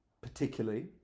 particularly